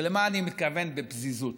למה אני מתכוון בפזיזות?